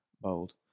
bold